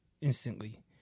instantly